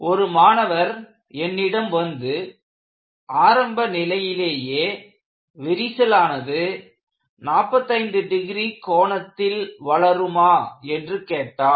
ஒரு மாணவர் என்னிடம் வந்து ஆரம்ப நிலையிலேயே விரிசலானது 45 டிகிரி கோணத்தில் வளருமா என்று கேட்டார்